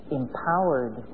empowered